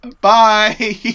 Bye